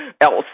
else